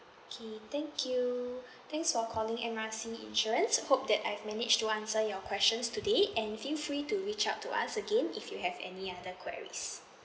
okay thank you thanks for calling M R C insurance hope that I've managed to answer your questions today and you feel free to reach out to us again if you have any other queries